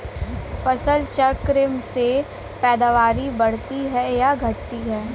फसल चक्र से पैदावारी बढ़ती है या घटती है?